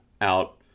out